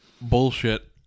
bullshit